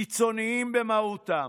קיצוניים במהותם.